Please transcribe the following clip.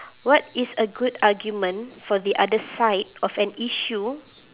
what is a good argument for the other side of an issue